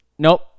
Nope